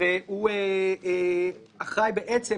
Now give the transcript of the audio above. הוא אחראי בעצם